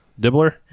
Dibbler